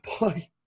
boy